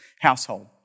household